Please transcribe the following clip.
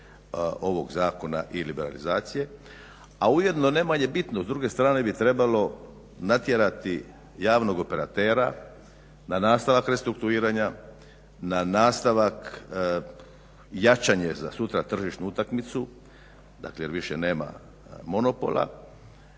ovog zakona ili liberalizacije a ujedno ne manje bitno s druge strane bi trebalo natjerati javnog operatera na nastavak restrukturiranja, na nastavak jačanje za sutra tržišnu utakmicu dakle jer više nema monopola